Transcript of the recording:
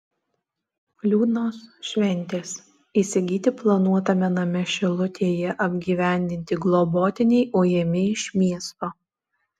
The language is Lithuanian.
liūdnos šventės įsigyti planuotame name šilutėje apgyvendinti globotiniai ujami iš miesto